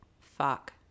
Fuck